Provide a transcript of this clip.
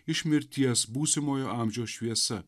iš mirties būsimojo amžiaus šviesa